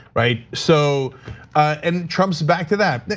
right? so and trump's back to that,